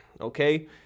okay